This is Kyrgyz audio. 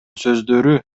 сөздөрү